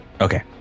Okay